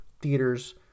theaters